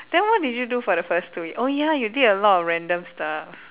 then what did you do for the first two ye~ oh ya you did a lot of random stuff